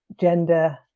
gender